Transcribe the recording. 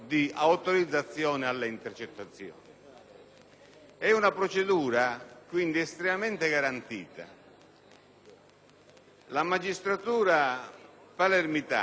È una procedura, quindi, estremamente garantita. La magistratura palermitana intende